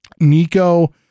Nico